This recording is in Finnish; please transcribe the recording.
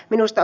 minusta